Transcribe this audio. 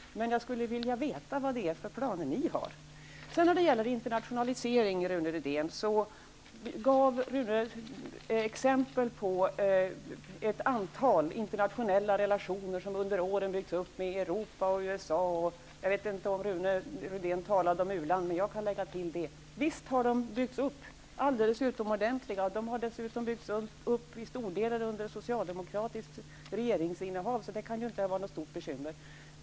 Men jag skulle vilja veta vilka planer Moderaterna har. När det gäller internationaliseringen gav Rune Rydén exempel på ett antal internationella relationer som under åren byggts upp med Europa och USA. Jag vet inte om han talade om något uland, men jag kan lägga till det. Visst har dessa alldeles utomordentliga relationer byggts upp. De har dessutom till stor del byggts upp under socialdemokratiskt regeringsinnehav. Detta kan därför inte ha varit något stort bekymmer.